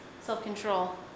self-control